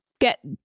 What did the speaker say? Get